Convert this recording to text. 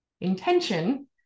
Intention